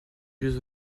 jeux